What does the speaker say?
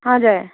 हजुर